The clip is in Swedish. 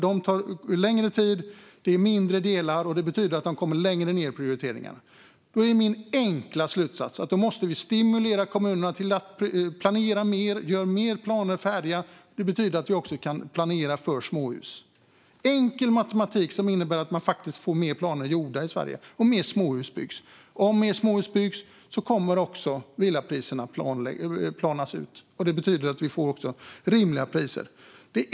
De tar längre tid, och delarna är mindre - de kommer alltså längre ned i prioriteringen. Min enkla slutsats är att vi måste stimulera kommunerna till att planera mer och färdigställa fler planer. Det betyder att vi också kan planera för småhus. Det är enkel matematik, som innebär att fler planer blir gjorda i Sverige. Fler småhus byggs. Om fler småhus byggs kommer också villapriserna att planas ut. Det betyder att det blir rimliga priser.